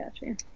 gotcha